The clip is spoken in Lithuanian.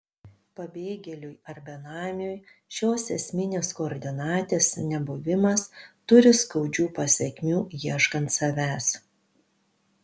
pabėgėliui ar benamiui šios esminės koordinatės nebuvimas turi skaudžių pasekmių ieškant savęs